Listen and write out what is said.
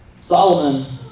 Solomon